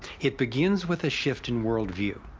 it begins with a shift in worldview,